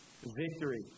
victory